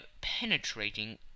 penetrating